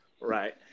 right